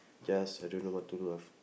just I don't know what to do was